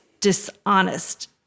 dishonest